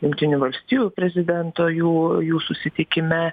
jungtinių valstijų prezidento jų jų susitikime